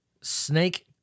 snake